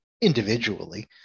individually